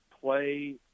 play